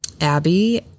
Abby